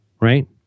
right